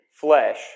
flesh